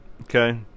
okay